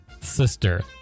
sister